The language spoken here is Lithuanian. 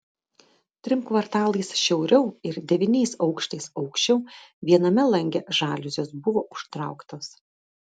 trim kvartalais šiauriau ir devyniais aukštais aukščiau viename lange žaliuzės buvo užtrauktos